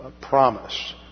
promise